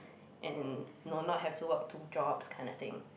and no not have to work two jobs kind of thing